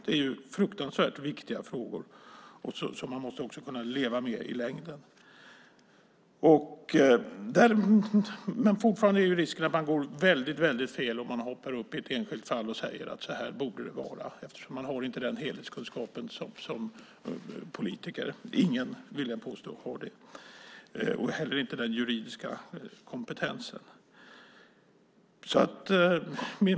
Det är fruktansvärt viktiga frågor som man också måste kunna leva med i längden. Men risken är fortfarande att man hamnar väldigt fel om man hoppar upp i ett enskilt fall och säger att så här borde det vara, eftersom man inte har den helhetskunskapen som politiker. Jag vill påstå att inte någon av oss har det. Vi har inte heller den juridiska kompetensen.